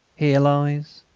here lies.